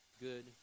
good